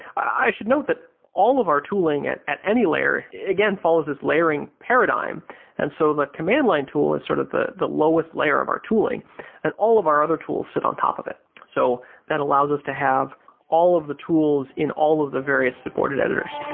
i should note that all of our tooling at at any layer again follows this layering paradigm and so the command line tool is sort of the the lowest layer of our tooling and all of our other tools sit on top of it. so that allows us to have all of the tools in all of the various supported editors.